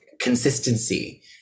consistency